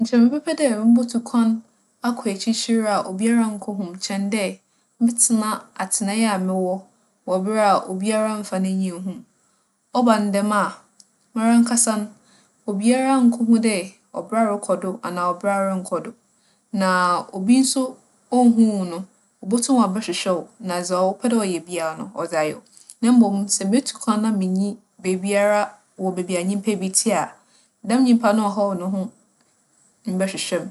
Nkyɛ mebɛpɛ dɛ mubotu kwan akͻ ekyirkyir a obiara nnkohu me kyɛn dɛ mɛtsena atsenae a mowͻ wͻ ber a obiara mmfa n'enyi nnhu me. ͻba no dɛm a, marankasa no, obiara nnkohu dɛ ͻbra rokͻ do anaa ͻbra ronnkͻ do. Na obi so onnhu wo no, obotum ͻabͻhwehwɛ wo na dza ͻpɛ dɛ ͻyɛ biara no, ͻdze ayɛ wo. Na mbom, sɛ metu kwan na minnyi beebiara wͻ beebi a nyimpa bi tse a, dɛm nyimpa no nnhaw noho mmbͻhwehwɛ me.